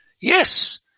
Yes